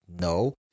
no